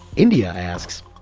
india asks.